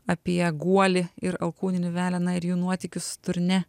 apie guolį ir alkūninį veleną ir jų nuotykius turnė